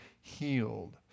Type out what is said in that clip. healed